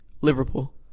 Liverpool